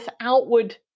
outward